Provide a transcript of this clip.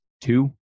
two